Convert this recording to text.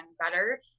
better